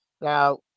now